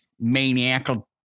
maniacal